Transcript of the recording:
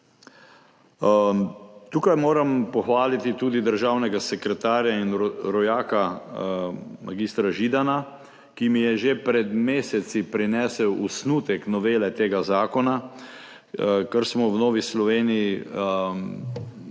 Tukaj moram pohvaliti tudi državnega sekretarja in rojaka mag. Židana, ki mi je že pred meseci prinesel osnutek novele tega zakona, za kar smo v Novi Sloveniji